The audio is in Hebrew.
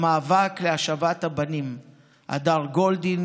המאבק להשבת הבנים הדר גולדין